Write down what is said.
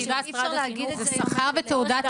אי אפשר להגיד את זה -- זה שכר בתעודת